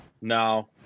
No